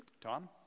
Tom